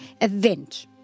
event